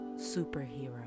superhero